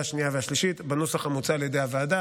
השנייה והשלישית בנוסח המוצע על ידי הוועדה.